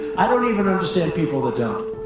i don't even understand people that don't.